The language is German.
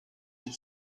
ist